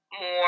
more